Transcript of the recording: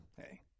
Hey